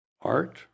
art